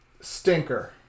Stinker